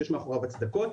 שיש מאחוריו הצדקות.